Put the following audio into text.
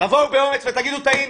תבואו באומץ ותגידו: טעינו,